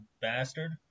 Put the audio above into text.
bastard